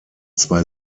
zwei